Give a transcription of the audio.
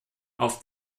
auf